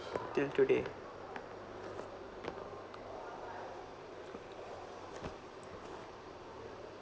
till today